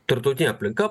tarptautinė aplinka